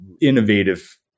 innovative